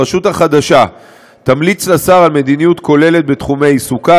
הרשות החדשה תמליץ לשר על מדיניות כוללת בתחומי עיסוקה,